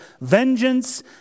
vengeance